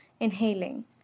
Inhaling